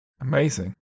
Amazing